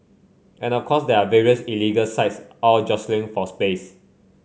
and of course there are various illegal sites all jostling for space